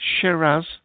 Shiraz